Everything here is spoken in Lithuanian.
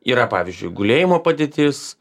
yra pavyzdžiui gulėjimo padėtis